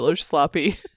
floppy